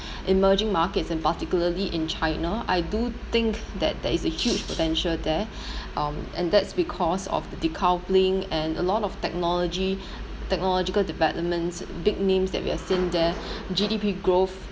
emerging markets and particularly in China I do think that there is a huge potential there um and that's because of decoupling and a lot of technology technological developments big names that we have seen there G_D_P growth